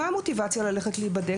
מה המוטיבציה ללכת להיבדק?